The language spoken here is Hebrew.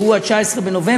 שהוא 19 בנובמבר,